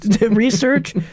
research